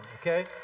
okay